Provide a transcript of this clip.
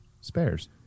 spares